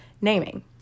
naming